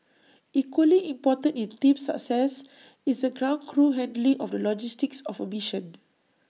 equally important in A team's success is the ground crew handling of the logistics of A mission